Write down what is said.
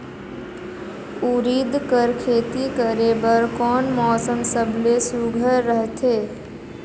उरीद कर खेती करे बर कोन मौसम सबले सुघ्घर रहथे?